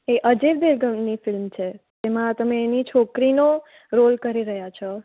એ અજય દેવગનની ફિલ્મ છે એમાંજેમાં તમે એની છોકરીનો રોલ કરી રહ્યાં છો